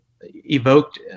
evoked